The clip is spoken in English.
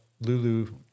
lulu